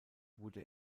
wurde